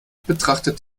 betrachtet